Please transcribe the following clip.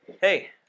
Hey